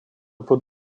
под